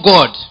God